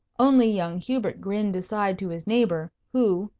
only young hubert grinned aside to his neighbour, who,